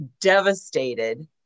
devastated